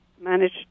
managed